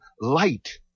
light